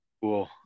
cool